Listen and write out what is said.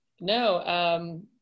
No